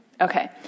Okay